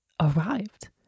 arrived